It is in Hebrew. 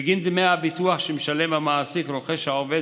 בגין דמי הביטוח שמשלם המעסיק רוכש העובד